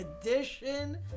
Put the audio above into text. edition